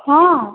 ହଁ